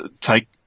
take